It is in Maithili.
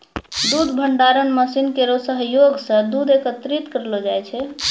दूध भंडारण मसीन केरो सहयोग सें दूध एकत्रित करलो जाय छै